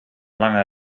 lange